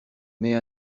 mais